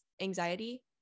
anxiety